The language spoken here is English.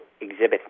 exhibit